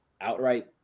outright